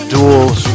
Duels